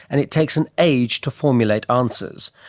and it takes an age to formulate answers.